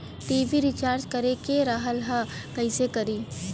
TV recharge करे के रहल ह कइसे करी?